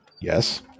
Yes